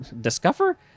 Discover